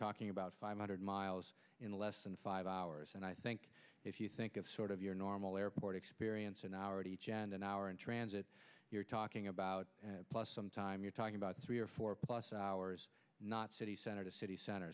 talking about five hundred miles in less than five hours and i think if you think of sort of your normal airport experience an hour at each end an hour in transit you're talking about plus some time you're talking about three or four plus hours not city center to city center